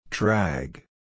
Drag